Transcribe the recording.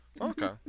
Okay